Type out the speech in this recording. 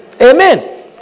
Amen